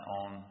on